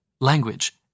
language